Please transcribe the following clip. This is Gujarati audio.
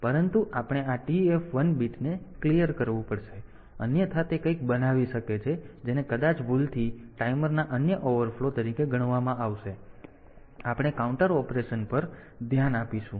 તેથી તે હશે પરંતુ આપણે આ TF 1 બીટને સાફ કરવું પડશે અન્યથા તે કંઈક બનાવી શકે છે જેને કદાચ ભૂલથી ટાઈમરના અન્ય ઓવરફ્લો તરીકે ગણવામાં આવે છે આગળ આપણે કાઉન્ટર ઓપરેશન પર ધ્યાન આપીશું